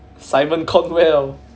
simon cowell